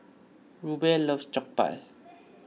Rube loves Jokbal